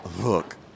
Look